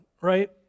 right